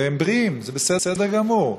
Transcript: והם בריאים, בסדר גמור,